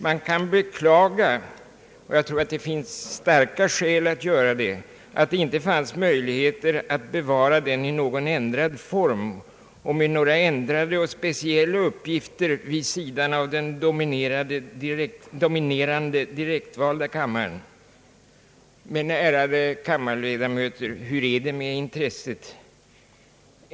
Man kan beklaga — och jag tror att det finns starka skäl att göra det — att det inte fanns möjligheter att bevara den i någon ändrad form och med några ändrade och speciella uppgifter vid sidan av den dominerande direktvalda kammaren. Men, ärade kammarledamöter, hur är det med intresset?